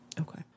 Okay